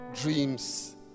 dreams